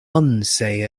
unsay